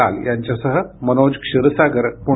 लाल यांच्यासह मनोज क्षीरसागर पुणे